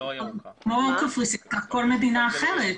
כמו קפריסין כך כל מדינה אחרת.